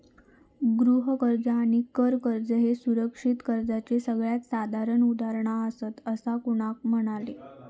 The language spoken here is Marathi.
गृह कर्ज आणि कर कर्ज ह्ये सुरक्षित कर्जाचे सगळ्यात साधारण उदाहरणा आसात, असा कुणाल म्हणालो